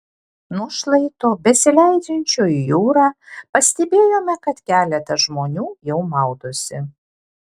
nuo šlaito besileidžiančio į jūrą pastebėjome kad keletas žmonių jau maudosi